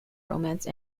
romance